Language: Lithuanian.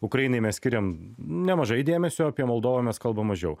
ukrainai mes skiriam nemažai dėmesio apie moldovą mes kalbam mažiau